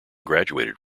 graduated